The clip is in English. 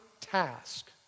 task